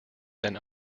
than